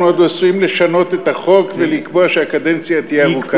אנחנו עוד עשויים לשנות את החוק ולקבוע שהקדנציה תהיה ארוכה יותר.